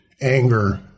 anger